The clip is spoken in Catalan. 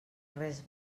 res